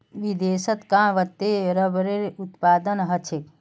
विदेशत कां वत्ते रबरेर उत्पादन ह छेक